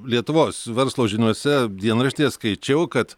lietuvos verslo žiniose dienraštyje skaičiau kad